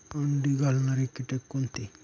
अंडी घालणारे किटक कोणते?